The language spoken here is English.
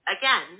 Again